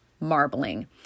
marbling